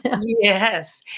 Yes